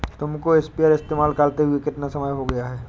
तुमको स्प्रेयर इस्तेमाल करते हुआ कितना समय हो गया है?